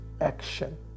action